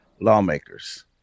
lawmakers